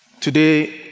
today